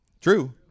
True